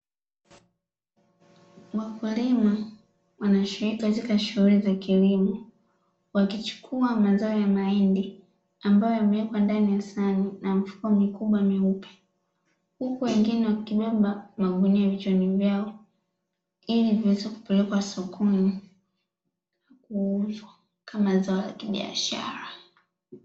Wakulima wanashiriki katika shughuli za kilimo, wakichukua mazao ya mahindi ambayo yamewekwa ndani ya sahani na mfuko mkubwa myeupe, huku wengine wakibeba magunia vichwani mwao ili viweze kupelekwa sokoni kuuzwa kama za la kibiashara.